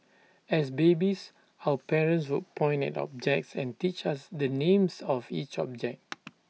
as babies our parents would point at objects and teach us the names of each object